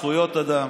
זכויות אדם.